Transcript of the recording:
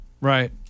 Right